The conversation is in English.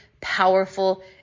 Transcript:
powerful